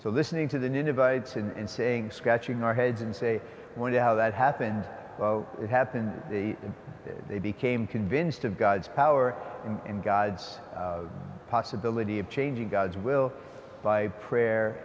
so listening to the ninevites and saying scratching our heads and say wonder how that happened it happened and they became convinced of god's power and god's possibility of changing god's will by prayer